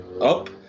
up